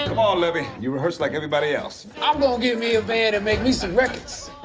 um levee. you rehearse like everybody else. i'm gonna get me a band and make me some records.